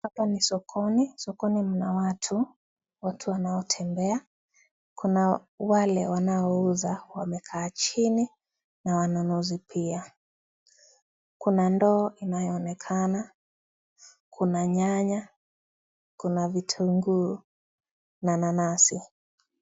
Hapa ni sokoni, sokoni mna watu, watu wanaotembea. Kuna wale wanauza wamekaa chini na wanunuzi pia. Kuna ndoo inayoonekana, kuna nyanya, kuna vitunguu na nanasi.